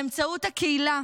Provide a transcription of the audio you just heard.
באמצעות הקהילה